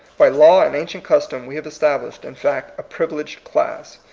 by law and ancient custom we have established, in fact, a privileged class.